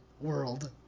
World